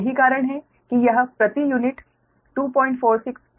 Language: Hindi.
यही कारण है कि यह प्रति यूनिट 246 j1845 है